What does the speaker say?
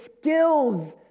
skills